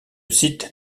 site